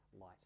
light